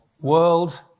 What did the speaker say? World